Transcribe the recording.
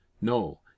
No